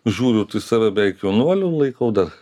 žiūrut į save beveik jaunuoliu laikau dar